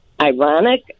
Ironic